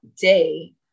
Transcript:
day